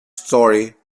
story